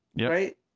right